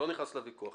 אני לא נכנס לוויכוח.